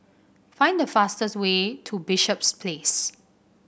find the fastest way to Bishops Place